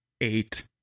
eight